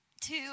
two